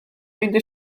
meindio